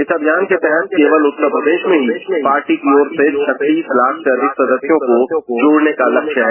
इस अभियान के तहत केवल उत्तर प्रदेश में ही पार्टी की ओर से अब लाख से अधिक सदस्यों को जोड़ने का लक्ष्य है